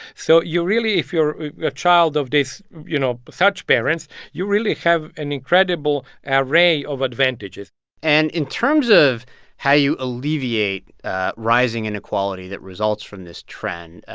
so you really if you're a child of these, you know, such parents, you really have an incredible array of advantages and in terms of how you alleviate rising inequality that results from this trend,